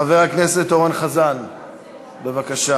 חבר הכנסת אורן חזן, בבקשה.